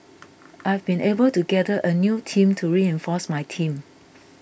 I have been able to gather a new team to reinforce my team